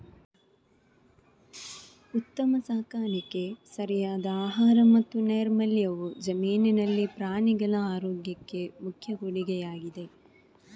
ಉತ್ತಮ ಸಾಕಾಣಿಕೆ, ಸರಿಯಾದ ಆಹಾರ ಮತ್ತು ನೈರ್ಮಲ್ಯವು ಜಮೀನಿನಲ್ಲಿ ಪ್ರಾಣಿಗಳ ಆರೋಗ್ಯಕ್ಕೆ ಮುಖ್ಯ ಕೊಡುಗೆಯಾಗಿದೆ